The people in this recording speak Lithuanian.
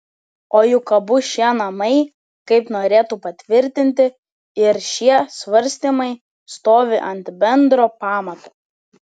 o juk abu šie namai kaip norėtų patvirtinti ir šie svarstymai stovi ant bendro pamato